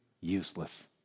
Useless